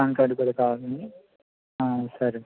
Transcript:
pan card కూడా కావాలాండి సరే